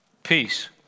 Peace